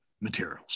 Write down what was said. materials